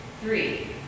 Three